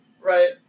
Right